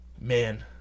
man